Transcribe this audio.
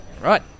Right